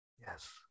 yes